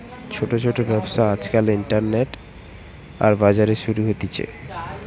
ছোট ছোট ব্যবসা আজকাল ইন্টারনেটে, বাজারে শুরু হতিছে